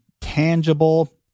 tangible